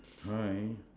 alright